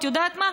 את יודעת מה?